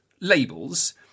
labels